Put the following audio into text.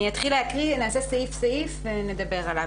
אני אתחיל לקרוא סעיף-סעיף ונדבר עליו: